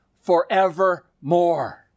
forevermore